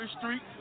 Street